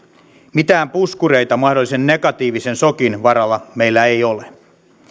mitään puskureita mahdollisen negatiivisen sokin varalle meillä ei ole